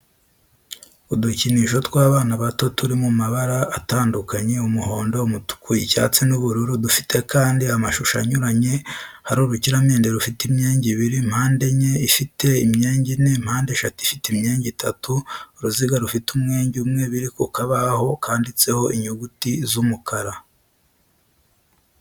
Udukinisho tw'abana bato turi mu mabara atandukanye umuhondo, umutuku, icyatsi, n'ubururu dufite kandi amashusho anyuranye hari urukiramende rufite imyenge ibiri, mpandenye ifite imyenge ine, mpandeshatu ifite imyenge itatu, uruziga rufite umwenge umwe, biri ku kabaho kanditseho inyuguti z'umukara.